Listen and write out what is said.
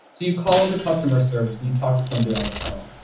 so you call into customer service and you talk to somebody on the phone,